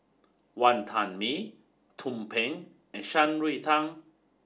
Wantan Mee Tumpeng and Shan Rui Tang